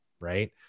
right